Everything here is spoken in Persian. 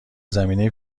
زمینه